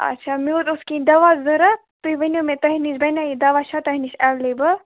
اَچھا مےٚ حظ اوس کیٚنٛہہ دَوا ضروٗرت تُہۍ ؤنِو مےٚ تۅہہِ نِش بَنیٛاہ یہِ دَوا چھَ تۅہہِ نِش ایٚویلیبُل